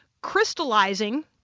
crystallizing